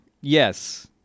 Yes